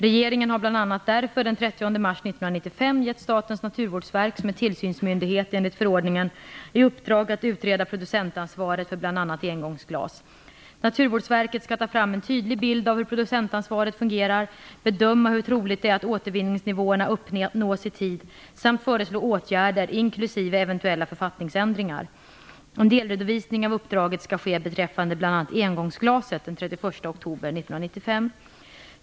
Regeringen har bl.a. därför den 30 mars 1995 gett Statens naturvårdsverk, som är tillsynsmyndighet enligt förordningen, i uppdrag att utreda producentansvaret för bl.a. engångsglas. Naturvårdsverket skall ta fram en tydlig bild av hur producentansvaret fungerar, bedöma hur troligt det är att återvinningsnivåerna uppnås i tid samt föreslå åtgärder inklusive eventuella författningsändringar. En delredovisning av uppdraget skall ske beträffande bl.a. engångsglaset den 31 oktober 1995.